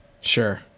Sure